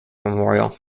memorial